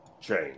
change